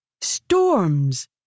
Storms